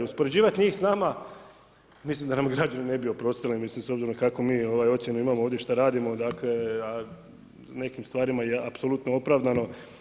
Uspoređivati njih s nama mislim da nam građani ne bi oprostili, mislim s obzirom kakvu mi ocjenu imamo ovdje i šta radimo dakle a u nekim stvarima i apsolutno opravdano.